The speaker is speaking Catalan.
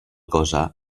cosa